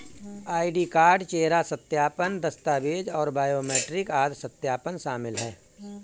ID card, चेहरा सत्यापन, दस्तावेज़ और बायोमेट्रिक आदि सत्यापन शामिल हैं